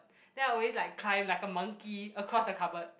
then I always like climb like a monkey across the cupboard